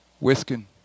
whisking